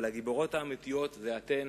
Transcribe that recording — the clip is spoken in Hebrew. אבל הגיבורות האמיתיות הן אתן,